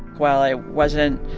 while i wasn't